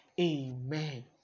Amen